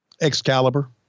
Excalibur